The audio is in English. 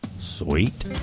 Sweet